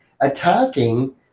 attacking